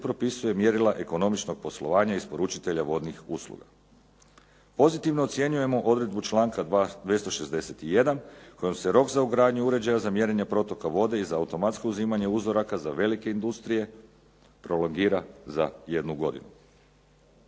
propisuje mjerila ekonomičnog poslovanja isporučitelja vodnih usluga. Pozitivno ocjenjujemo odredbu članku 261. kojom se rok za ugradnju uređaja za mjerenje protoka vode i za automatsko uzimanje uzoraka za velike industrije prolongira za jednu godinu.